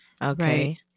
Okay